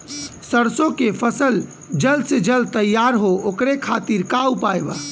सरसो के फसल जल्द से जल्द तैयार हो ओकरे खातीर का उपाय बा?